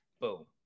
boom